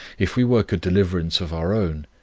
if we work a deliverance of our own,